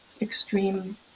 extreme